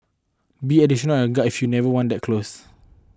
be additionally on your guard if you were never want that close